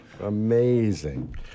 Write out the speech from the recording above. Amazing